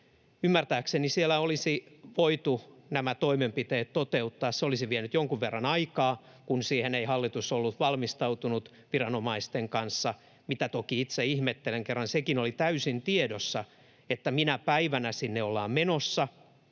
Ymmärtääkseni siellä olisi voitu nämä toimenpiteet toteuttaa. Se olisi vienyt jonkun verran aikaa, kun siihen ei hallitus ollut valmistautunut viranomaisten kanssa, mitä toki itse ihmettelen, kun kerran sekin oli täysin tiedossa, minä päivänä sinne ollaan menossa,